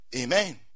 amen